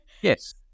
Yes